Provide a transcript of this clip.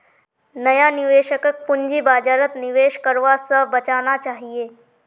नया निवेशकक पूंजी बाजारत निवेश करवा स बचना चाहिए